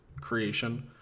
creation